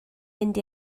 mynd